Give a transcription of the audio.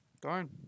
Darn